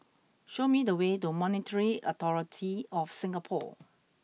show me the way to Monetary Authority Of Singapore